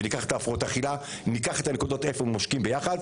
ניקח הפרעות האכילה וניקח את הנקודות שבהן הם נושקים זה לזה,